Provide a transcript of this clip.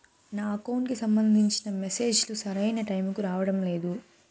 నా అకౌంట్ కి సంబంధించిన మెసేజ్ లు సరైన టైముకి రావడం లేదు